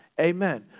Amen